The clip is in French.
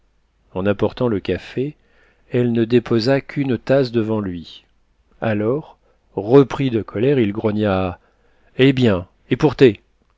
en apportant le café elle ne déposa qu'une tasse devant lui alors repris de colère il grogna eh bien et pour té